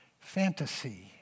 Fantasy